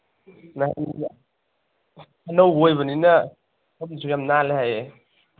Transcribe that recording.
ꯑꯅꯧꯕ ꯑꯣꯏꯕꯅꯤꯅ ꯃꯐꯝꯁꯨ ꯌꯥꯝ ꯅꯥꯜꯂꯦ ꯍꯥꯏꯌꯦ